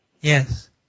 Yes